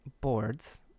Boards